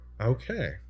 okay